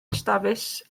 dafis